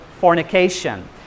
fornication